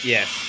Yes